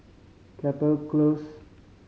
Chapel Close